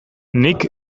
nik